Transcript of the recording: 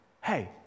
hey